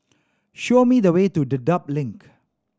show me the way to Dedap Link